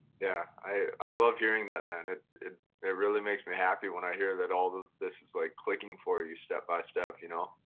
yeah, i love hearing that man. it it really makes me happy when i hear that all this is like clicking for you step by step. you know,